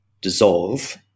dissolve